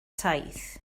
taith